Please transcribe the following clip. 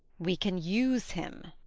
we can use him.